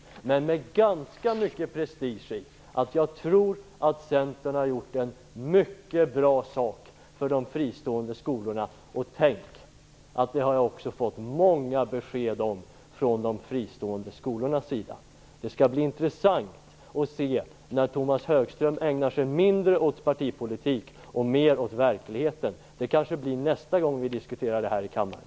Däremot säger jag med ganska mycket prestige att jag tror att Centern har gjort en mycket bra sak för de fristående skolorna. Tänk att det har jag också fått många besked från de fristående skolorna om. Det skall bli intressant att se om Tomas Högström skall börja ägna sig mindre åt partipolitik och mer åt verkligheten. Det kanske blir nästa gång vi diskuterar denna fråga här i kammaren.